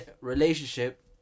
relationship